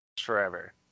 forever